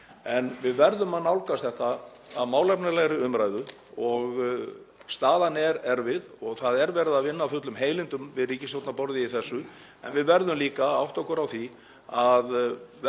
Við verðum að nálgast þetta í málefnalegri umræðu og staðan er erfið. Það er verið að vinna af fullum heilindum við ríkisstjórnarborðið í þessu. En við verðum líka að átta okkur á því að verkefnin